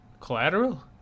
Collateral